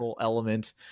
element